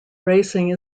racing